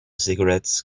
cigarettes